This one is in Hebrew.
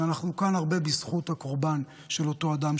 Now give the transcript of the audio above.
שאנחנו כאן הרבה בזכות הקורבן של אותו אדם.